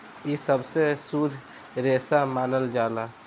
इ सबसे शुद्ध रेसा मानल जाला